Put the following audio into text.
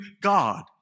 God